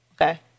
Okay